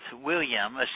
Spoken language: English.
William